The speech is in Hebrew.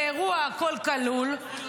אירוע הכול כלול,